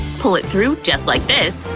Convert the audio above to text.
pull it through just like this.